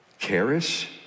Karis